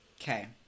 Okay